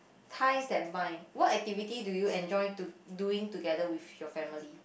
ties that bind what activity do you enjoy do~ doing together with your family